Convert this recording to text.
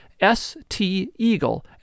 steagle